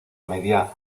media